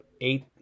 eight